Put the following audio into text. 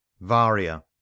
Varia